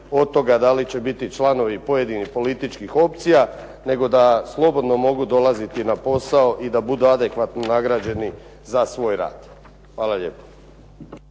od toga da li će biti članovi pojedinih političkih opcija, nego da slobodno mogu dolaziti na posao i da budu adekvatno nagrađeni za svoj rad. Hvala lijepo.